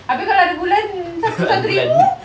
abeh kalau ada bulan satu satu ribu